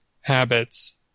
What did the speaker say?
habits